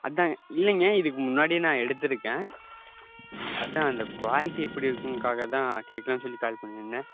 அதுதாங்க இல்லைங்க இதுக்கு முன்னாடி நான் எடுத்திருக்கேன் அதுதான் அந்த குவாலிட்டி எப்படி இருக்குங்காகதான் கேக்கலான்னு சொல்லி கால் பண்ணேன்னா